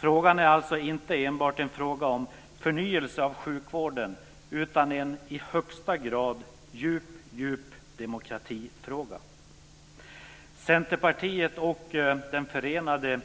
Detta är alltså inte enbart en fråga om förnyelse av sjukvården utan en i högsta grad djup, djup demokratifråga. Centerpartiet och den förenade